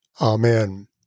Amen